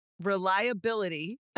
reliability